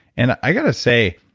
and i got to say,